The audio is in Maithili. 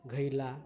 घैला